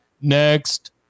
Next